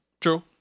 True